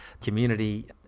community